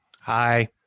Hi